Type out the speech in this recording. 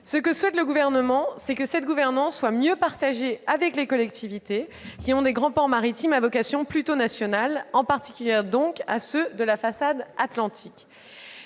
gouvernance. Le Gouvernement souhaite que cette gouvernance soit mieux partagée avec les collectivités qui comptent des grands ports maritimes à vocation plutôt nationale, en particulier ceux de la façade atlantique.